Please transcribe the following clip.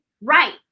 right